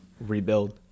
rebuild